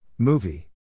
Movie